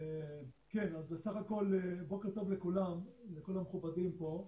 כן, אז בוקר טוב לכל המכובדים פה.